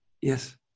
Yes